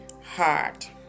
heart